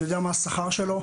אני יודע מה השכר שלו.